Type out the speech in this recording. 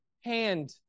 hand